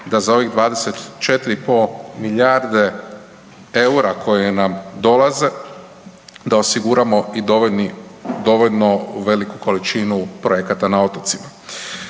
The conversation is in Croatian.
da za ovih 24,5 milijarde eura koje nam dolaze, da osiguramo dovoljno veliku količinu projekata na otocima.